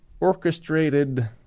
orchestrated